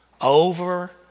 over